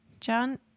John